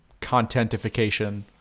contentification